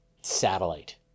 satellite